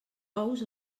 ous